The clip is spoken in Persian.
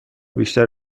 بیشتر